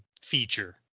feature